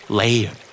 layer